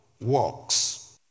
works